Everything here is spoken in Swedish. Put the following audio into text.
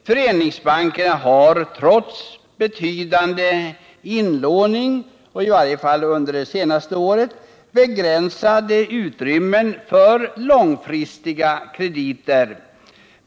Föreningsbankerna har, i varje fall under det senaste året, trots betydande inlåning haft begränsat utrymme för långfristiga krediter.